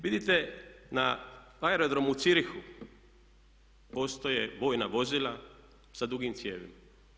Vidite na aerodromu u Zürichu postoje vojna vozila sa dugim cijevima.